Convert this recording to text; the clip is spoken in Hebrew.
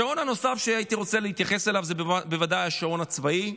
השעון הנוסף שהייתי רוצה להתייחס אליו זה בוודאי השעון הצבאי.